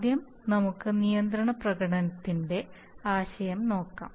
ആദ്യം നമുക്ക് നിയന്ത്രണ പ്രകടനത്തിന്റെ ആശയം നോക്കാം